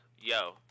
Yo